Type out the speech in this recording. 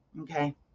okay